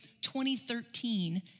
2013